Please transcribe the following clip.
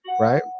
right